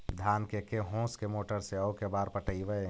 धान के के होंस के मोटर से औ के बार पटइबै?